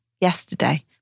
yesterday